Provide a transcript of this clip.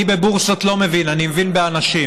אני בבורסות לא מבין, אני מבין באנשים,